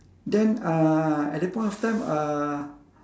then uh at the point of time uh